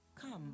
Come